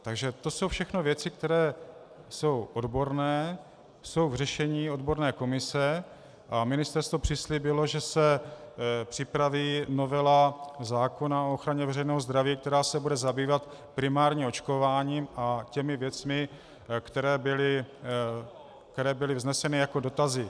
Takže to jsou všechno věci, které jsou odborné, jsou v řešení odborné komise a ministerstvo přislíbilo, že se připraví novela zákona o ochraně veřejného zdraví, která se bude zabývat primárním očkováním a těmi věcmi, které byly vzneseny jako dotazy.